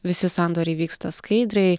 visi sandoriai vyksta skaidriai